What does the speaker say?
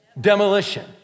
demolition